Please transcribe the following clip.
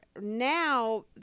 now